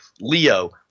Leo